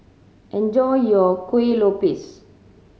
enjoy your Kueh Lopes